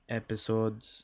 episodes